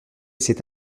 cet